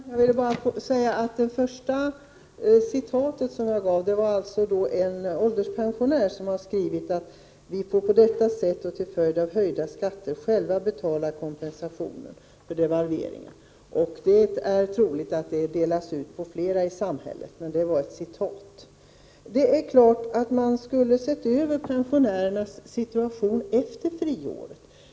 Herr talman! Jag vill bara säga att det första citatet som jag gav var från en ålderspensionär, som har skrivit att på detta sätt och till följd av höjda skatter får pensionärerna själva betala kompensationen för devalveringen. Det är troligt att den kostnaden fördelas på flera i samhället, men det var alltså ett citat. Det hade varit naturligt att se över pensionärernas situation efter friåret.